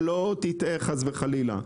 שלא תטעה חס וחלילה.